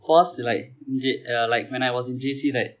cause like in J~ uh like when I was in J_C right